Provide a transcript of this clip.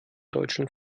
deutschen